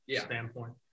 standpoint